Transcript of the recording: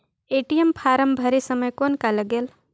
ATM form भरे समय कौन का लगेल?